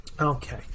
Okay